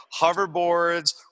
hoverboards